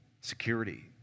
security